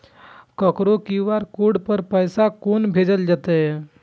ककरो QR code पर पैसा कोना भेजल जेतै?